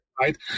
right